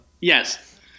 Yes